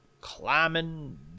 climbing